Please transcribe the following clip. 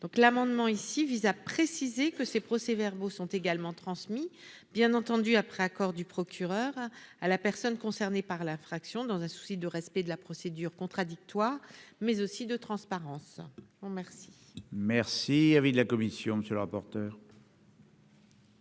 l'amendement ici vise à préciser que ces procès-verbaux sont également transmis, bien entendu, après accord du procureur à la personne concernée par la fraction dans un souci de respect de la procédure contradictoire mais aussi de transparence oh merci. Merci,